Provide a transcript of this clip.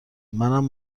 منم